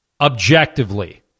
objectively